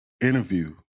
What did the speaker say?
interview